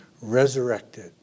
resurrected